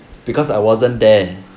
because I wasn't there